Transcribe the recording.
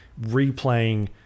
replaying